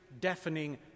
deafening